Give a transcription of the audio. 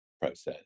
process